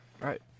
Right